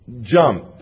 jump